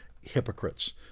hypocrites